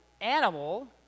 animal